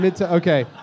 Okay